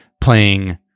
playing